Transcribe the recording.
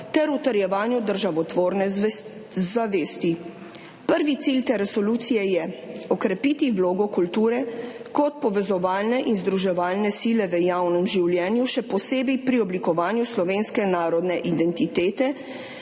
ter utrjevanju državotvorne zavesti. Prvi cilj te resolucije je okrepiti vlogo kulture kot povezovalne in združevalne sile v javnem življenju, še posebej pri oblikovanju slovenske narodne identitete